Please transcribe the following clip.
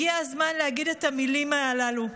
הגיע הזמן להגיד את המילים הללו.